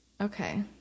Okay